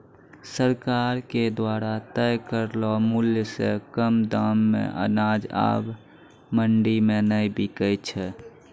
सरकार के द्वारा तय करलो मुल्य सॅ कम दाम मॅ अनाज आबॅ मंडी मॅ नाय बिकै छै